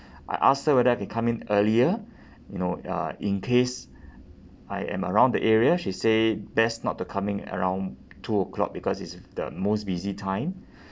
I asked her whether I can come in earlier you know uh in case I am around the area she say best not to come in around two o'clock because it's the most busy time